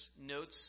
notes